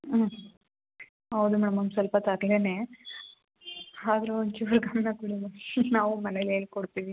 ಹ್ಞೂ ಹೌದು ಮೇಡಮ್ ಒಂದು ಸ್ವಲ್ಪ ತರ್ಲೆಯೇ ಆದರೂ ಒಂಚೂರು ಗಮನ ಕೊಡಿ ಮೇಡಮ್ ನಾವೂ ಮನೇಲಿ ಹೇಳಿ ಕೊಡ್ತೀವಿ